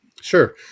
Sure